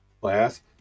class